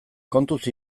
kontuz